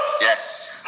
Yes